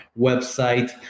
website